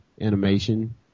animation